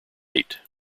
gate